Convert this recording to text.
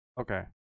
okay